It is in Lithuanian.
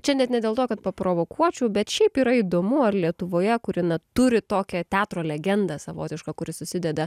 čia net ne dėl to kad paprovokuočiau bet šiaip yra įdomu ar lietuvoje kuri na turi tokią teatro legendą savotišką kuri susideda